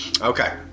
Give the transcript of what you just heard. okay